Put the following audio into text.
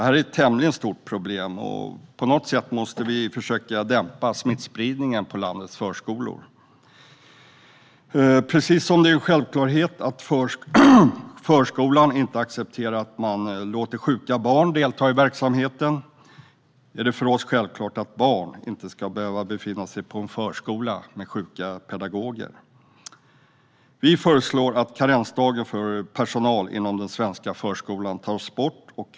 Detta är ett tämligen stort problem, och på något sätt måste vi försöka dämpa smittspridningen på landets förskolor. Precis som det är en självklarhet att förskolan inte accepterar att man låter sjuka barn delta i verksamheten är det för oss självklart att barn inte ska behöva befinna sig på en förskola med sjuka pedagoger. Sverigedemokraterna föreslår att karensdagen för personal inom den svenska förskolan tas bort.